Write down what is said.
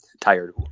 tired